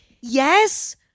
Yes